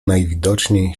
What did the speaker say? najwidoczniej